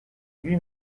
lui